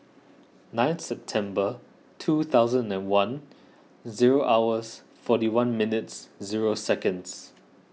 nine September two thousand and one zero hours forty one minutes zero seconds